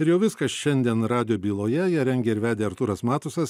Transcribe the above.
ir jau viskas šiandien radijo byloje ją rengė ir vedė artūras matusas